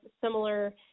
similar